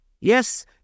yes